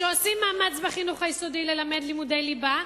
שעושים מאמץ בחינוך היסודי ללמד לימודי ליבה,